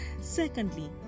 Secondly